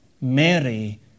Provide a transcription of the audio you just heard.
Mary